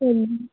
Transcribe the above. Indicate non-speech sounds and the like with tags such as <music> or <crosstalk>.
<unintelligible>